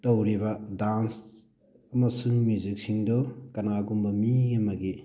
ꯇꯧꯔꯤꯕ ꯗꯥꯟꯁ ꯑꯃꯁꯨꯡ ꯃ꯭ꯌꯨꯖꯤꯛꯁꯤꯡꯗꯨ ꯀꯅꯥꯒꯨꯝꯕ ꯃꯤ ꯑꯃꯒꯤ